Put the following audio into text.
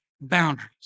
boundaries